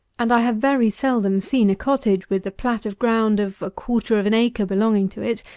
and i have very seldom seen a cottage, with a plat of ground of a quarter of an acre belonging to it,